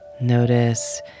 Notice